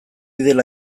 dela